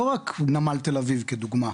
לא רק נמל תל אביב כדוגמא,